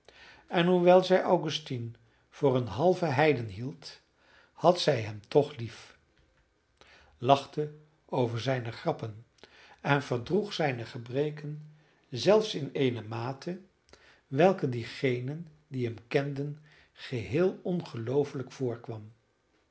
en hoewel zij augustine voor een halven heiden hield had zij hem toch lief lachte over zijne grappen en verdroeg zijne gebreken zelfs in eene mate welke diegenen die hem kenden geheel ongelooflijk voorkwam